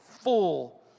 full